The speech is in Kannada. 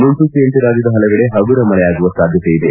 ಮುನ್ಲೂಚನೆಯಂತೆ ರಾಜ್ಯದ ಹಲವೆಡೆ ಹಗುರ ಮಳೆಯಾಗುವ ಸಾಧ್ಯತೆ ಇದೆ